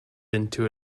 into